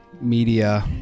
media